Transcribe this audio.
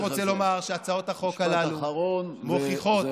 אני רק רוצה לומר שהצעות החוק הללו מוכיחות,